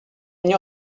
nie